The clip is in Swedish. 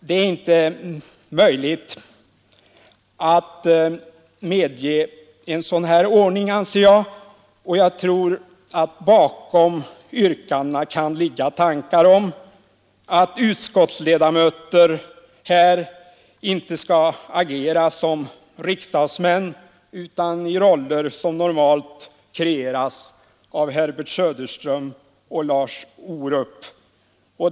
Det är inte möjligt att medge en sådan ordning, anser jag. Jag tror att bakom yrkandena kan ligga tankar om att utskottsledamöter här skall agera inte som riksdagsmän utan i roller som normalt kreeras av TV-reporters som Herbert Söderström och Lars Orup m.fl.